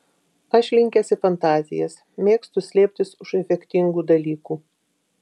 aš linkęs į fantazijas mėgstu slėptis už efektingų dalykų